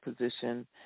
position